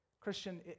Christian